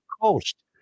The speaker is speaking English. coast